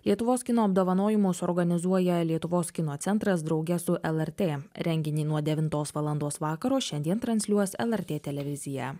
lietuvos kino apdovanojimus organizuoja lietuvos kino centras drauge su lrt renginį nuo devintos valandos vakaro šiandien transliuos lrt televizija